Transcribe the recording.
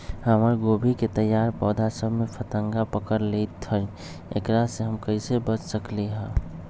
हमर गोभी के तैयार पौधा सब में फतंगा पकड़ लेई थई एकरा से हम कईसे बच सकली है?